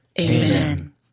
Amen